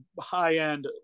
high-end